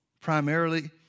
primarily